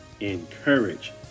Encourage